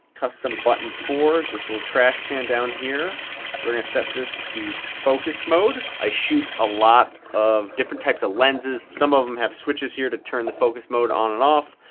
custom button four, this little trash can down here we're gonna set this to focus mode. i shoot a lot of different types of lenses. some of them have switches here to turn the focus mode on and off.